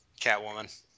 Catwoman